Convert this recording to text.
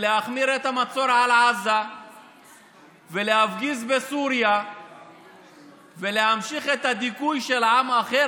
להחמיר את המצור על עזה ולהפגיז בסוריה וממשיך את הדיכוי של עם אחר,